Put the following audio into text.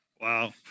Wow